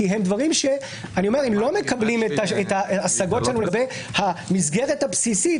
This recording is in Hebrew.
כי אם לא מקבלים את ההשגות שלנו לגבי המסגרת הבסיסית,